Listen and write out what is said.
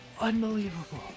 Unbelievable